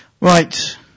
Right